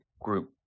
group